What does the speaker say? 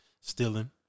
stealing